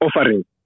offering